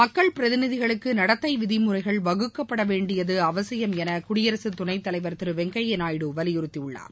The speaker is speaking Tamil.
மக்கள் பிரதிநிதிகளுக்கு நடத்தை விதிமுறைகள் வகுக்கப்படவேண்டியது அவசியம் என குடியரசுத்துணைத்தலைவர் திரு வெங்கய்யா நாயுடு வலியுறுத்தியுள்ளார்